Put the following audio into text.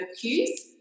cues